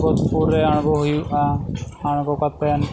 ᱵᱳᱫᱽᱯᱩᱨ ᱨᱮ ᱟᱬᱜᱚ ᱦᱩᱭᱩᱜᱼᱟ ᱟᱬᱜᱚ ᱠᱟᱛᱮᱫ